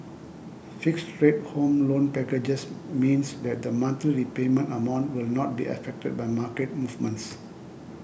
fixed rate Home Loan packages means that the monthly repayment amount will not be affected by market movements